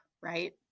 right